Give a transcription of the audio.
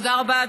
תודה רבה,